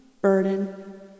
Burden